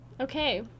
Okay